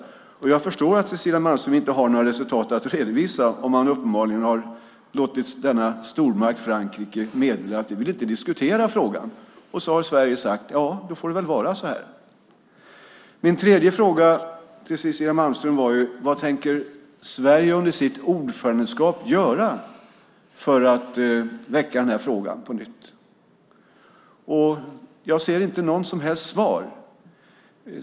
Jag förstår att hon inte har några resultat att redovisa om man uppenbarligen har låtit stormakten Frankrike meddela att de inte vill diskutera frågan, och så har Sverige sagt att, ja, då får det vara så här. Min tredje fråga till Cecilia Malmström var: Vad tänker Sverige under sitt ordförandeskap göra för att väcka frågan på nytt? Jag ser inte något som helst svar.